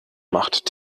macht